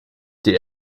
die